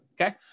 Okay